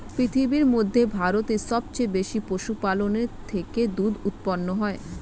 পৃথিবীর মধ্যে ভারতে সবচেয়ে বেশি পশুপালনের থেকে দুধ উৎপন্ন হয়